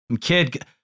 Kid